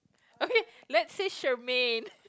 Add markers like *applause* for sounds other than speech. okay let's say Shermaine *laughs*